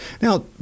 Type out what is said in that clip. Now